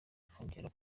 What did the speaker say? kongera